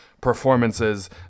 performances